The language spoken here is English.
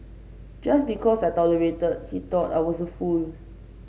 just because I tolerated he thought I was a fool